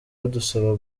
badusaba